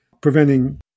preventing